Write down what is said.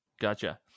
Gotcha